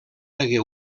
hagué